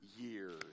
years